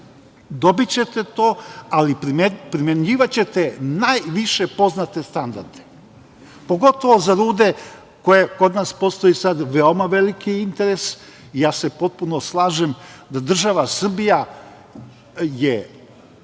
dobićete to, ali primenjivaćete najviše poznate standarde, pogotovo za rude za koje kod nas postoji sad veoma veliki interes. Ja se potpuno slažem da je država Srbija